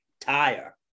Tire